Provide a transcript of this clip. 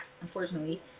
unfortunately